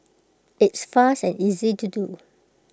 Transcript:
it's fast and easy to do